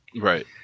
Right